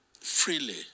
freely